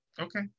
Okay